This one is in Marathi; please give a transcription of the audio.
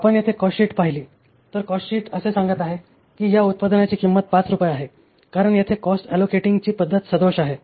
आपण येथे कॉस्टशीट पाहिली तर कॉस्ट शीट असे सांगत आहे की या उत्पादनाची किंमत 5 रुपये आहे कारण येथे कॉस्ट अलोकेटिंग ची पद्धत सदोष आहे